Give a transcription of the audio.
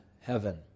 heaven